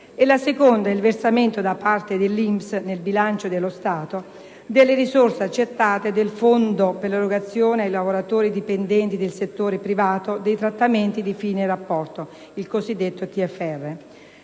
la seconda è il versamento da parte dell'INPS, nel bilancio dello Stato, delle risorse accertate del Fondo per l'erogazione ai lavoratori dipendenti del settore privato dei trattamenti di fine rapporto (TFR).